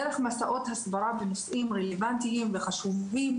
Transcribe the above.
דרך מסעות הסברה בנושאים רלוונטיים וחשובים,